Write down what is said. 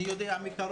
אני יודע מקרוב,